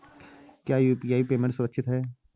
क्या UPI payment सुरक्षित है?